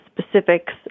specifics